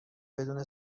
بدون